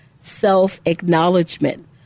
self-acknowledgement